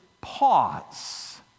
pause